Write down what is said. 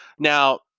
Now